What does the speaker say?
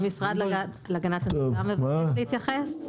אפשר להתייחס?